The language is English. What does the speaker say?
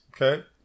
Okay